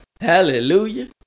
Hallelujah